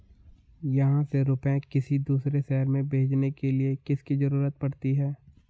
यहाँ से रुपये किसी दूसरे शहर में भेजने के लिए किसकी जरूरत पड़ती है?